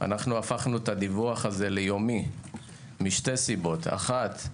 אנחנו הפכנו את הדיווח הזה ליומי משתי סיבות: אחת,